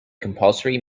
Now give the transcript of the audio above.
compulsory